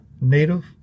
Native